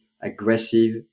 aggressive